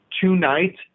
tonight